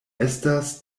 estas